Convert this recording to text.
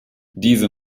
diese